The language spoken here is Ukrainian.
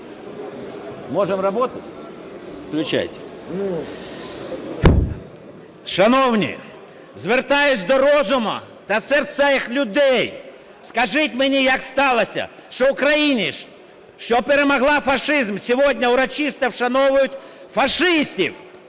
РАБІНОВИЧ В.З. Шановні, звертаюся до розуму та серця людей. Скажіть мені, як сталося, що в Україні, що перемогла фашизм, сьогодні урочисто вшановують фашистів?